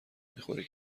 میخوری